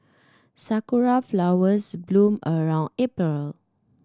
sakura flowers bloom around April